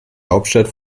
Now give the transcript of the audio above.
hauptstadt